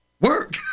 work